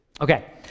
Okay